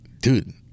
dude